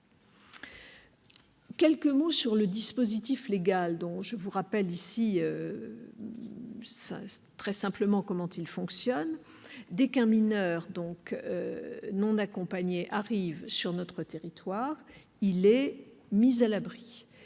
J'en viens au dispositif légal, dont je vous rappelle très simplement comment il fonctionne. Dès qu'un mineur non accompagné arrive sur notre territoire, il est mis à l'abri